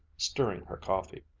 stirring her coffee.